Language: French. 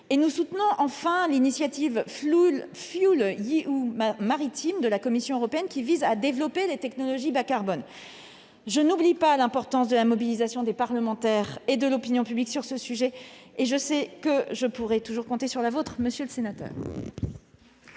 ; nous soutenons, enfin, l'initiative de la Commission européenne, qui vise à développer les technologies bas-carbone. Je n'oublie pas l'importance de la mobilisation des parlementaires et de l'opinion publique sur ce sujet et je sais que je pourrai toujours compter sur la vôtre, monsieur le sénateur.